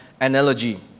analogy